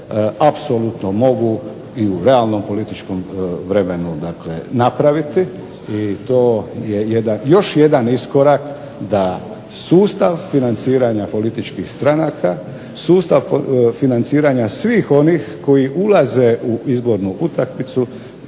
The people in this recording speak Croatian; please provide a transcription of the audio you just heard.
apsolutno mogu i u realnom političkom vremenu napraviti. I to je još jedan iskorak da sustav financiranja političkih stranaka, sustav financiranja svih onih koji ulaze u izbornu utakmicu